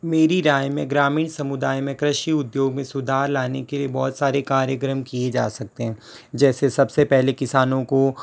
मेरी राय में ग्रामीण समुदाय में कृषि उद्योग में सुधार लाने के लिए बहुत सारे कार्यक्रम किए जा सकते हैं जैसे सबसे पहले किसानों को